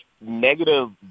negative